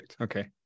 okay